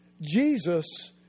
Jesus